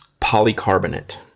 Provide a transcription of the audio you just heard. Polycarbonate